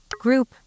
group